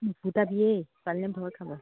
সূতা দিয়েই পালিলে ভয় খাব